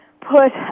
put